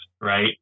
right